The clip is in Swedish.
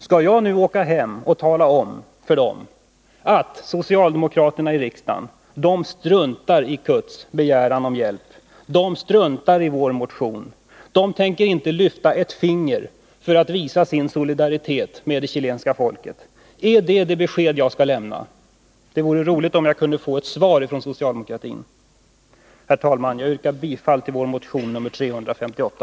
Skall jag nu åka hem och tala om för dem att socialdemokraterna i riksdagen struntar i CUT:s begäran om hjälp, att de struntar i vår motion och att de inte tänker lyfta ett finger för att visa sin solidaritet med det chilenska folket? Är det detta besked jag skall lämna? Det vore roligt om jag kunde få svar från socialdemokratin. Herr talman! Jag yrkar bifall till vår motion nr 358.